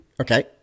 Okay